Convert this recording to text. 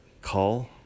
call